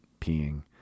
peeing